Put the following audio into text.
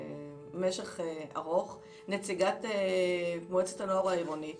ובמשך זמן ארוך, נציגת מועצת הנוער העירונית